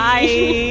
Bye